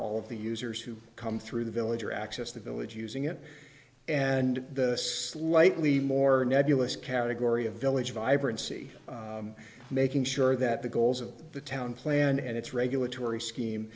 all of the users who come through the village or access the village using it and the slightly more nebulous category of village vibrancy making sure that the goals of the town plan and its regulatory scheme